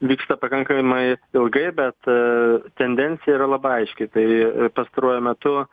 vyksta pakankamai ilgai bet tendencija yra labai aiški tai pastaruoju metu